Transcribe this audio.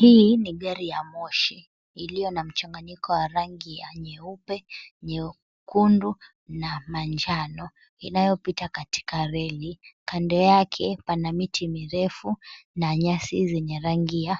Hi ni gari ya moshi, iliyo na mchanganyiko wa rangi ya nyeupe, nyekundu na manjano inayopita katika reli kando yake pana miti mirefu na nyasi zenye rangi ya